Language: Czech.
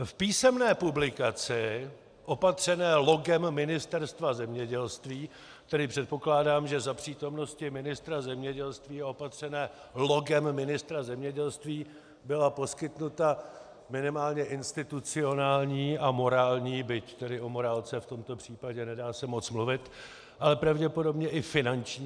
V písemné publikaci opatřené logem Ministerstva zemědělství, tedy předpokládám, že za přítomnosti ministra zemědělství, a opatřené logem ministra zemědělství, byla poskytnuta minimálně institucionální a morální, byť tedy o morálce v tomto případě nedá se moc mluvit, ale pravděpodobně i finanční záštita.